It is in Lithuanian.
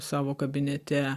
savo kabinete